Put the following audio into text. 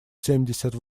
семьдесят